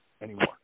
anymore